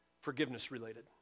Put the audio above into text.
forgiveness-related